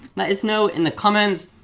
let us know in the comments,